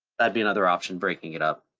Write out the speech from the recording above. that'd be another option, breaking it up.